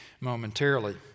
momentarily